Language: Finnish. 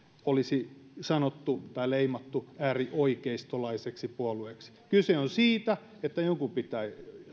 olisi sanottu tai leimattu äärioikeistolaiseksi puolueeksi kyse on siitä että jonkun pitää